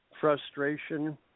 frustration